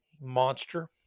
Monster